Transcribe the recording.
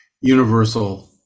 universal